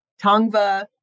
Tongva